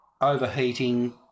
overheating